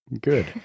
Good